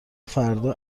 فردا